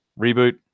Reboot